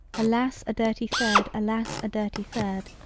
alas a dirty third alas a dirty third,